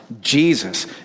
Jesus